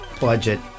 budget